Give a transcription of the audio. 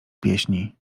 pieśni